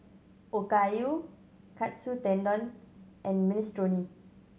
Okayu Katsu Tendon and Minestrone